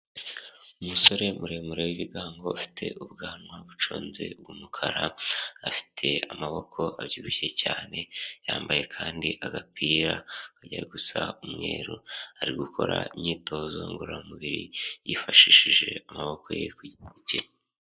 Umusore muremure w'ibigango ufite ubwanwa buconze bw'umukara, afite amaboko abyibushye cyane yambaye kandi agapira kajya gusa umweru, ari gukora imyitozo ngororamubiri yifashishije amaboko ye ku giti cye.